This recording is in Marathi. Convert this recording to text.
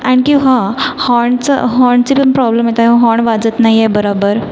आणखी हां हॉनचं हॉनचं पण प्रॉब्लेम येताय हॉण वाजत नाहीये बरोबर